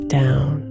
down